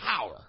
power